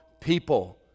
people